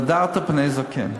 והדרת פני זקן.